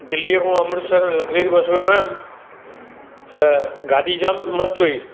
दिल्लीअ खां Amritsar luxury bus में वयुमि त गाॾी जाम मस्तु हुई